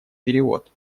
перевод